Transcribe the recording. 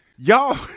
Y'all